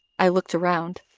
i looked around.